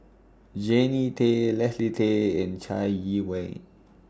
Jannie Tay Leslie Tay and Chai Yee Wei